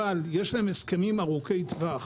אבל יש להם הסכמים ארוכי טווח